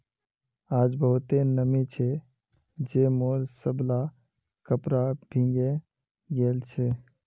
आइज बहुते नमी छै जे मोर सबला कपड़ा भींगे गेल छ